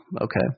Okay